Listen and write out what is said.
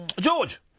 George